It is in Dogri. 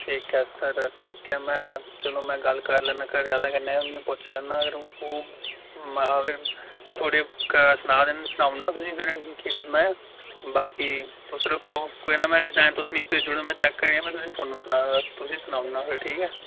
ठीक ऐ सर ठीक ऐ में चलो मैं गल्ल कर लैना घरें आह्लें कन्ने उनेंगी पुच्छी लैना अगर ओह् होग घरें सना दे सनाऊ उड़ना फिर केह् करना बाकी तुस रक्खो कोई ना में डिजाइन तुस मिगी भेजी उड़ो चैक करिये मैं तुसेंगी फोना पर सनाऊ उड़गा तुसेंगी सनाना फ्ही ठीक ऐ